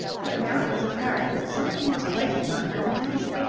but now it was apparent that something was weighing on her companion.